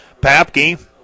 Papke